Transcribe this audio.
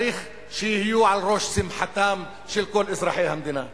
צריך שיהיו על ראש שמחתם של כל אזרחי המדינה.